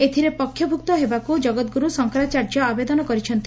ଏଥିରେ ପକ୍ଷଭୁକ୍ତ ହେବାକୁ ଜଗଦ୍ଗୁରୁ ଶଙ୍କରାଚାର୍ଯ୍ୟ ଆବେଦନ କରିଛନ୍ତି